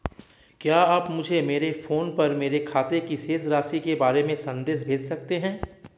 क्या आप मुझे मेरे फ़ोन पर मेरे खाते की शेष राशि के बारे में संदेश भेज सकते हैं?